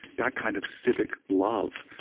that kind of civic love,